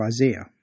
Isaiah